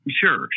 Sure